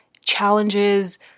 challenges